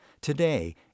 Today